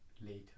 later